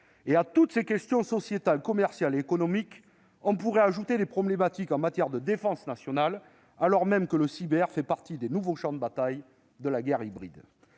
À toutes ces questions sociétales, commerciales et économiques, on pourrait ajouter des problématiques de défense nationale, alors même que le cyber fait partie des nouveaux champs de bataille de la guerre hybride.